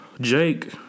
Jake